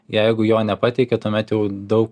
jeigu jo nepateikia tuomet jau daug